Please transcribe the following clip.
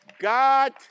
God